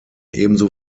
ebenso